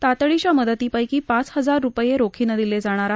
तातडीच्या मदतीपक्षी पाच हजार रुपये रोखीनं दिले जाणार आहेत